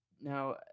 Now